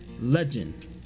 legend